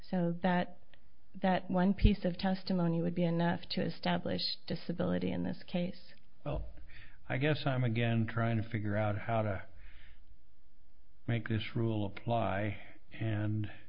so that that one piece of testimony would be enough to establish disability in this case well i guess i'm again trying to figure out how to make this rule apply and